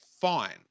fine